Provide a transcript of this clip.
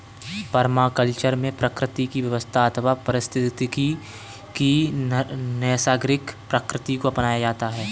permaculture में प्रकृति की व्यवस्था अथवा पारिस्थितिकी की नैसर्गिक प्रकृति को अपनाया जाता है